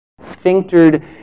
sphinctered